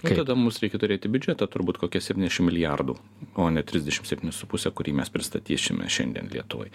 tai tada mums reikia turėti biudžetą turbūt kokia septyniasdešim milijardų o ne trisdešim septynis su puse kurį mes pristatysime šiandien lietuvai